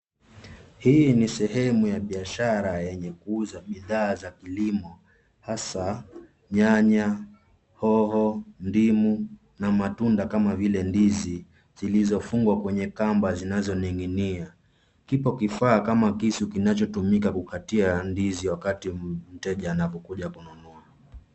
Hii ni sehemu ya biashara yenye kuuza bidhaa za vilimo, hasa nyanya, hoho, ndimu, na matunda kama vile ndizi zilizofungwa kwenye kamba zinazoning'inia. Kipo kifaa kama kisu, kinachotumika kukatia ndizi wakati mteja anapokuja kununua.